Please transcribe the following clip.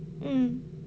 mm